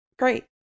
Great